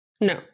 no